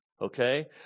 okay